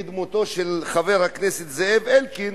בדמותו של חבר הכנסת זאב אלקין,